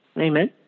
Amen